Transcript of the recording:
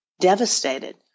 devastated